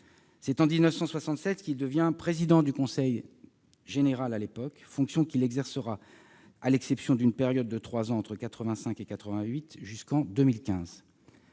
En 1967, il devient président du conseil général, fonction qu'il exercera, à l'exception d'une période de trois ans, entre 1985 et 1988, jusqu'en 2015.